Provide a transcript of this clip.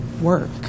work